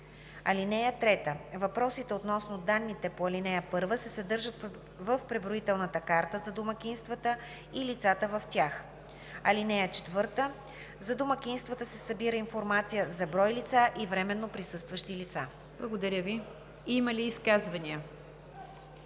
8 и 9. (3) Въпросите относно данните по ал. 1 се съдържат в преброителната карта за домакинствата и лицата в тях. (4) За домакинствата се събира информация за брой лица и временно присъстващи лица.“ ПРЕДСЕДАТЕЛ НИГЯР ДЖАФЕР: Благодаря Ви. Има ли изказвания?